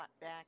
back